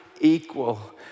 equal